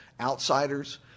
outsiders